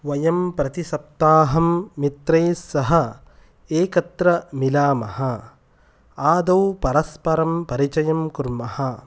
वयं प्रति सप्ताहं मित्रैः सह एकत्र मिलामः आदौ परस्परं परिचयं कुर्मः